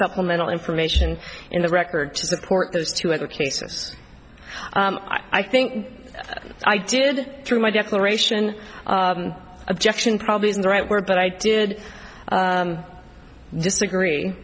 supplemental information in the record to support those two other cases i think i did through my declaration objection probably isn't the right word but i did disagree